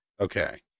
okay